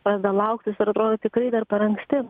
pradeda lauktis ir atrodo tikrai dar per anksti